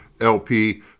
LP